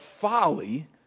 folly